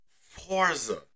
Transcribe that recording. Forza